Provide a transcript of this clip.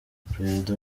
perezida